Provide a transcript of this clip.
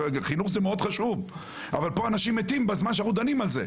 חינוך זה חשוב מאוד אבל פה אנשים מתים בזמן שאנחנו דנים על זה,